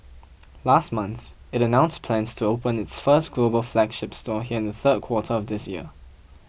last month it announced plans to open its first global flagship store here in the third quarter of this year